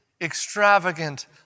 extravagant